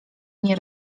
nie